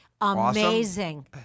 amazing